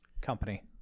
company